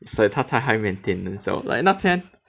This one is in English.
it's like 他太 high maintenance 了 like 那天